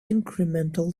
incremental